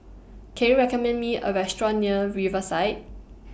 Can YOU recommend Me A Restaurant near Riverside